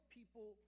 people